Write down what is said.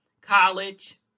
college